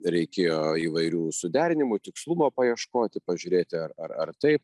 reikėjo įvairių suderinimų tikslumo paieškoti pažiūrėti ar ar ar taip